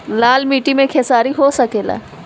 लाल माटी मे खेसारी हो सकेला?